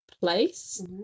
place